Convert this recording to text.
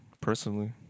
personally